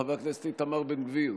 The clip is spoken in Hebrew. חבר הכנסת איתמר בן גביר,